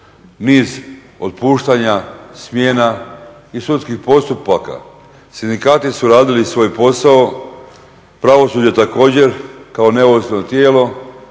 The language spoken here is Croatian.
niz otpuštanja, smjena i sudskih postupaka. Sindikati su radili svoj posao, pravosuđe također kao neovisno tijelo